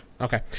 Okay